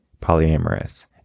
polyamorous